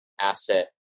asset